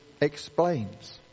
explains